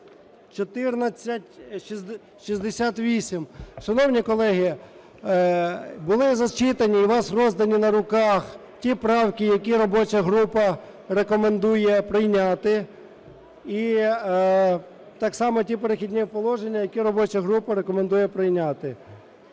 1468. Шановні колеги, були зачитані і у вас роздані на руках ті правки, які робоча група рекомендує прийняти. І так само ті "Перехідні положення", які робоча група рекомендує прийняти.